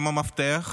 הן המפתח